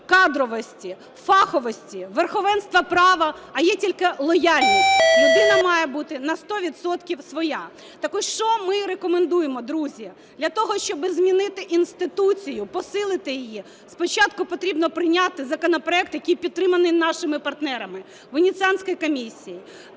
кадровості, фаховості, верховенства права, а є тільки лояльність. Людина має бути на 100 відсотків своя. Так ось що ми рекомендуємо, друзі. Для того, щоб змінити інституцію, посилити її спочатку потрібно прийняти законопроект, який підтриманий нашими партнерами – Венеційською комісією,